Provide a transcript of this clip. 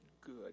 good